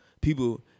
people